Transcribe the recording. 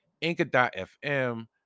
Inca.fm